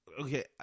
okay